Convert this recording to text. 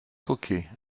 coquet